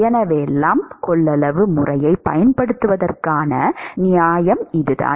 எனவே லம்ப்ட் கொள்ளளவு முறையைப் பயன்படுத்துவதற்கான நியாயம் இதுதான்